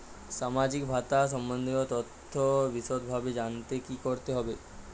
সামাজিক ভাতা সম্বন্ধীয় তথ্য বিষদভাবে জানতে কী করতে হবে?